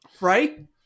Right